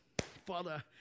Father